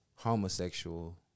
Homosexual